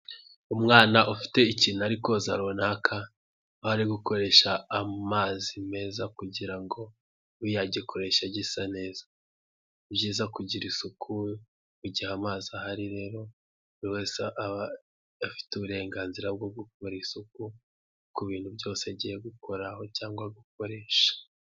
Umwana ufite ikintu ariko za runaka, aho ari gukoresha amazi meza kugira ngo abe yagikoresha gisa neza. Ni byiza kugira isuku mu gihe amazi ahari rero buri wese aba afite uburenganzira bwo gukora isuku, ku bintu byose agiye gukoraho cyangwa agiye gukoresha.